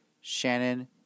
Shannon